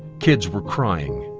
kids were crying,